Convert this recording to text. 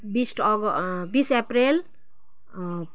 बिस अग बिस अप्रेल